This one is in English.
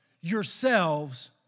yourselves